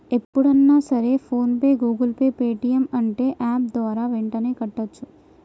ఎప్పుడన్నా సరే PhonePe Google pay Paytm అంటే యాప్ ద్వారా యెంటనే కట్టోచ్చు